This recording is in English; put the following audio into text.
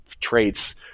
traits